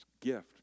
gift